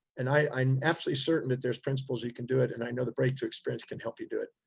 and i i'm absolutely certain that there's principles you can do it. and i know the breakthrough experience can help you do it.